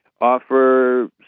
offer